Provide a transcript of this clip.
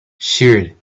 sheared